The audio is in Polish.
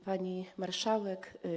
Pani Marszałek!